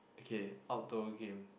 okay outdoor game